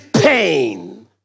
pain